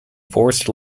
forced